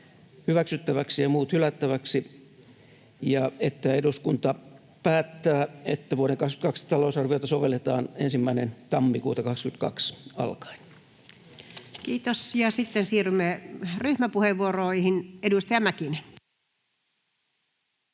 hyväksyttäväksi ja muut hylättäviksi ja että eduskunta päättää, että vuoden 22 talousarviota sovelletaan 1. tammikuuta 22 alkaen. Kiitos. — Ja sitten siirrymme ryhmäpuheenvuoroihin. — Edustaja Mäkinen.